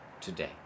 today